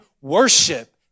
worship